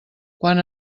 quan